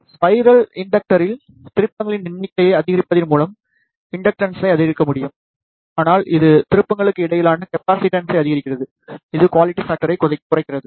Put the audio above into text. spiral இண்டக்டரில் திருப்பங்களின் எண்ணிக்கையை அதிகரிப்பதன் மூலம் இன்டக்டன்ஸை அதிகரிக்க முடியும் ஆனால் இது திருப்பங்களுக்கு இடையிலான கெப்பாசிடன்ஸை அதிகரிக்கிறது இது குவாலிட்டி ஃபாக்டரை குறைக்கிறது